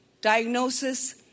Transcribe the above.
diagnosis